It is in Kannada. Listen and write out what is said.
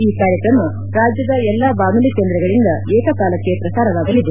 ಈ ಕಾರ್ಯಕ್ರಮ ರಾಜ್ವದ ಎಲ್ಲಾ ಬಾನುಲಿ ಕೇಂದ್ರಗಳಿಂದ ಏಕಕಾಲಕ್ಕೆ ಪ್ರಸಾರವಾಗಲಿದೆ